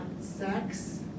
sex